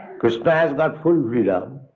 krsna has got full freedom,